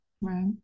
Right